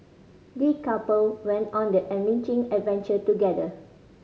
the couple went on an enriching adventure together